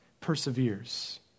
perseveres